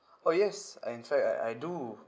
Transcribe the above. oh yes uh in fact I I do